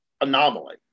anomaly